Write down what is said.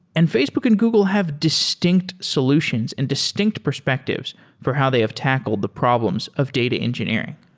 and facebook and google have distinct solutions and distinct perspectives for how they have tackled the problems of data engineering.